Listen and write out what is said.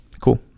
cool